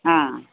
हां